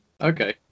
Okay